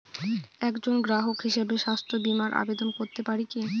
একজন গ্রাহক হিসাবে স্বাস্থ্য বিমার আবেদন করতে পারি কি?